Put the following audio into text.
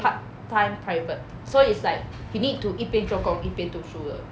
part time private so it's like you need to 一边做工一边读书的